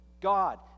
God